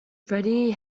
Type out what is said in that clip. freddie